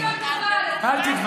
תעשי לו טובה, אל תתווכחי.